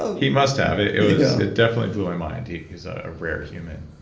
ah he must have. it it was, it definitely blew my mind. he's a rare human.